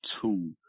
two